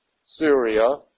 Syria